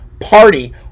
party